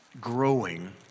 growing